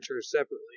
separately